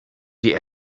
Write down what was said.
die